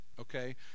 okay